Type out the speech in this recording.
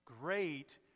Great